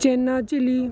ਚੇਨਾ chilli